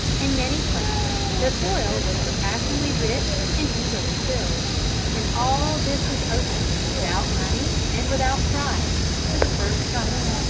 in many places the soil was surpassingly rich, and easily tilled and all this was open, without money and without price, to the first comer.